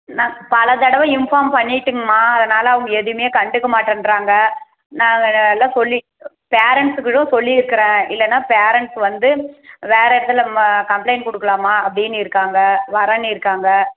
நாங்க பல தடவை இன்ஃபார்ம் பண்ணிட்டுங்கம்மா அதனால் அவங்க எதுவுமே கண்டுக்க மாட்டன்றாங்க நாங்கள் அதெல்லாம் சொல்லி பேரண்ட்ஸு கூட சொல்லிருக்குறேன் இல்லைன்னா பேரண்ட்ஸ் வந்து வேறு இடத்துல மா கம்பளைண்ட் கொடுக்கலாமா அப்படின்னு இருக்காங்க வர்றேன்னு இருக்காங்க